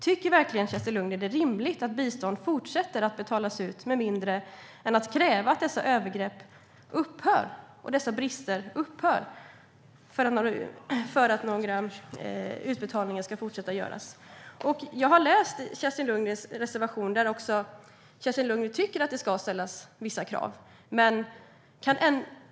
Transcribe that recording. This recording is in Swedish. Tycker verkligen Kerstin Lundgren att det är rimligt att bistånd fortsätter att betalas ut utan att man kräver att dessa övergrepp och brister upphör? Jag har läst Kerstin Lundgrens reservation, där hon tycker att det ska ställas vissa krav.